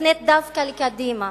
מופנית דווקא לקדימה: